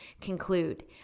conclude